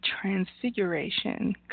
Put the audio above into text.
transfiguration